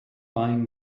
buying